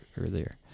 earlier